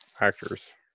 actors